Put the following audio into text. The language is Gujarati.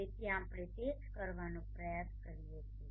તેથી આપણે તે જ કરવાનો પ્રયાસ કરીએ છીએ